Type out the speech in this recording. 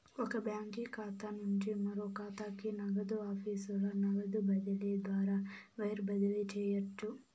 ఒక బాంకీ ఖాతా నుంచి మరో కాతాకి, నగదు ఆఫీసుల నగదు బదిలీ ద్వారా వైర్ బదిలీ చేయవచ్చు